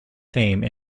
fame